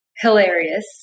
hilarious